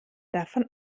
davon